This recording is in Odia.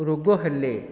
ରୋଗ ହେଲେ